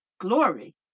Glory